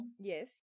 Yes